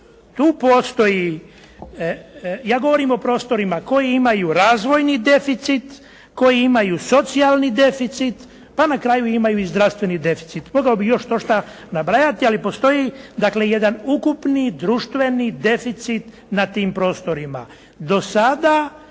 Tu postoji, ja govorim o prostorima koji imaju razvojni deficit, koji imaju socijalni deficit pa na kraju imaju i zdravstveni deficit. Mogao bih još štošta nabrajati ali postoji dakle jedan ukupni društveni deficit na tim prostorima. Do sada